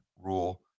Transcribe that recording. rule